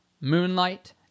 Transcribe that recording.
moonlight